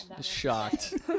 Shocked